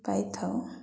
ପାଇଥାଉ